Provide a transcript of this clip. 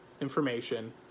information